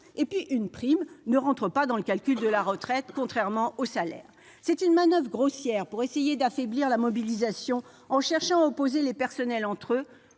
De plus, une prime n'entre pas dans le calcul de la retraite, contrairement au salaire. Voilà une manoeuvre grossière pour essayer d'affaiblir la mobilisation en cherchant à opposer les personnels entre eux,